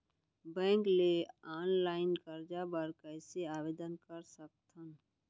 Bank ले online करजा बर कइसे आवेदन कर सकथन?